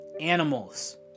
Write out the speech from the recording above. animals